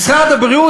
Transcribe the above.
משרד הבריאות,